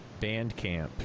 Bandcamp